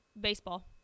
baseball